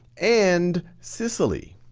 and sicily.